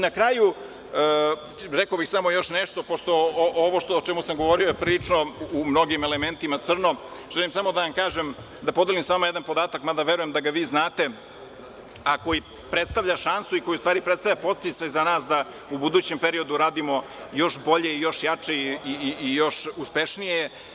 Na kraju, rekao bih samo još nešto, pošto ovo o čemu sam govorio je prilično u mnogim elementima crno, samo da podelim sa vama jedan podatak, mada verujem da ga vi znate, a koji predstavlja šansu i koji predstavlja podsticaj za nas da u budućem periodu radimo još bolje i još jače i još uspešnije.